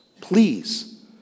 Please